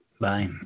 Bye